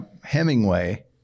Hemingway